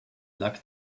luck